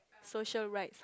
social right